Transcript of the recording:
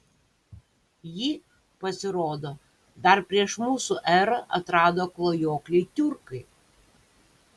jį pasirodo dar prieš mūsų erą atrado klajokliai tiurkai